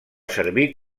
servir